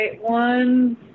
One